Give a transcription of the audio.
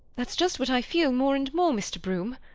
that's just what i feel more and more mr. broome.